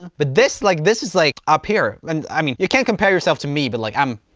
but this like, this is like up here, and i mean you can't compare yourself to me, but like i'm